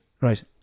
right